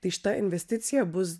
tai šita investicija bus